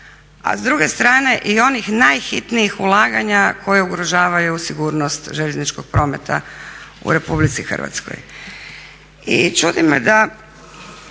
a s druge strane i onih najhitnijih ulaganja koje ugrožavaju sigurnost željezničkog prometa u RH. I čudi me da